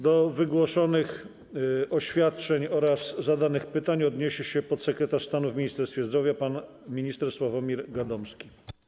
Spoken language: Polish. Do wygłoszonych oświadczeń oraz zadanych pytań odniesie się podsekretarz stanu w Ministerstwie Zdrowia pan minister Sławomir Gadomski.